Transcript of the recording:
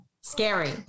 scary